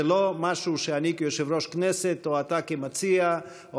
זה לא משהו שאני כיושב-ראש הכנסת או אתה כמציע או